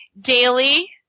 daily